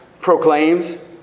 proclaims